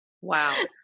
Wow